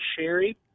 Sherry